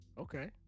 Okay